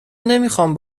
نمیخام